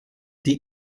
die